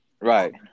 Right